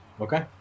Okay